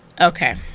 Okay